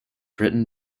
written